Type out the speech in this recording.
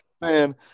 Man